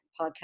podcast